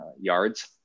yards